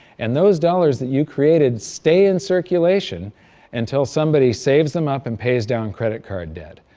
and those dollars that you created stay in circulation until somebody saves them up and pays down credit card debt.